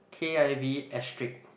k_i_v asterisk